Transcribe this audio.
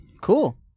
Cool